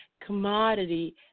commodity